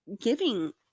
giving